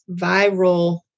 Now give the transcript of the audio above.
viral